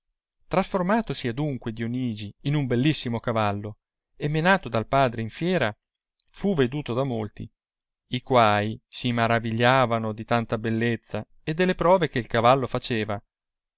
vedreste trasformatosi adunque dionigi in un ellissimo cavallo e menato dal padre in fiera fu veduto da molti i quai si maravigliavano di tanta bellezza e delle prove che il cavallo faceva